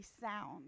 sound